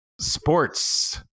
sports